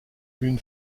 une